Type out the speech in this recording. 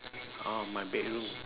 orh my bedroom